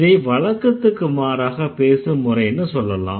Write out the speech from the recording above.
இதை வழக்கத்துக்கு மாறாக பேசும் முறைன்னு சொல்லலாம்